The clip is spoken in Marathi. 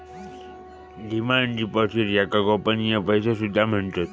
डिमांड डिपॉझिट्स याका गोपनीय पैसो सुद्धा म्हणतत